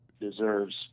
deserves